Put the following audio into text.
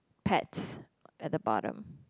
pets at the bottom